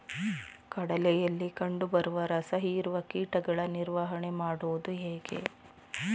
ಕಡಲೆಯಲ್ಲಿ ಕಂಡುಬರುವ ರಸಹೀರುವ ಕೀಟಗಳ ನಿವಾರಣೆ ಮಾಡುವುದು ಹೇಗೆ?